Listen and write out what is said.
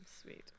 Sweet